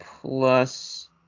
plus